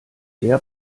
der